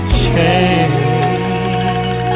change